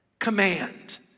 command